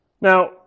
Now